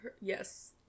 yes